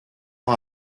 ans